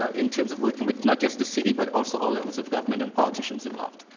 ah in terms of working with not just the city but ah so all levels of government and politicians involved.